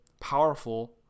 powerful